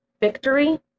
Victory